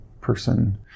person